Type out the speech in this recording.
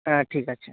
হ্যাঁ ঠিক আছে